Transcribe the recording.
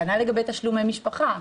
כנ"ל לגבי תשלומי משפחה.